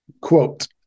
quote